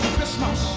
Christmas